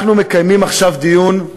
אנחנו מקיימים עכשיו דיון,